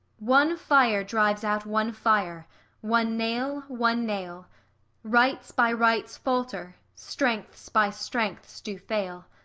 one fire drives out one fire one nail, one nail rights by rights falter, strengths by strengths do fail.